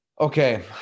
Okay